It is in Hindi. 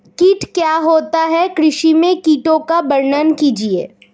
कीट क्या होता है कृषि में कीटों का वर्णन कीजिए?